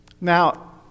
Now